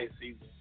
season